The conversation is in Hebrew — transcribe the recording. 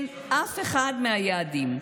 כן, באף אחד מהיעדים.